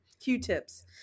q-tips